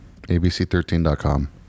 ABC13.com